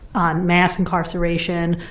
on mass incarceration,